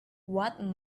what